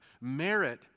Merit